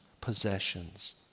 possessions